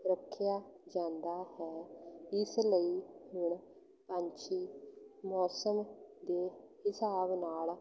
ਰੱਖਿਆ ਜਾਂਦਾ ਹੈ ਇਸ ਲਈ ਹੁਣ ਪੰਛੀ ਮੌਸਮ ਦੇ ਹਿਸਾਬ ਨਾਲ